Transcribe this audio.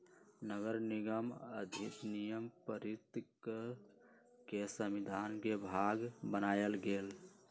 नगरनिगम अधिनियम पारित कऽ के संविधान के भाग बनायल गेल